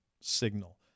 signal